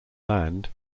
land